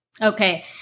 Okay